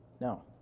No